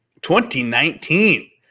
2019